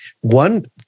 One